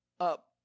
up